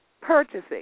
purchasing